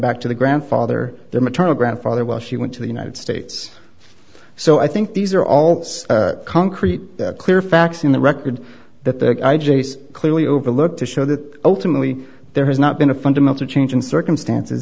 back to the grandfather their maternal grandfather while she went to the united states so i think these are all concrete clear facts in the record that they're clearly overlooked to show that ultimately there has not been a fundamental change in circumstances